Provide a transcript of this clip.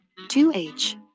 2H